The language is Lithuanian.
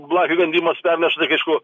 blakių įkandimas perneša tik aišku